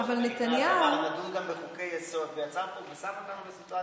עבר לדון גם בחוקי-יסוד ושם אותנו בסיטואציה מאוד קשה.